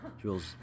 Jules